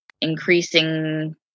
increasing